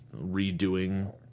redoing